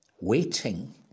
waiting